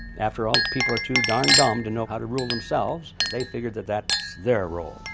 after all, people are too darn dumb to know how to rule themselves. they figure that that's their role.